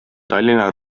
tallinna